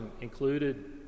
included